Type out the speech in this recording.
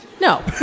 No